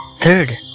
Third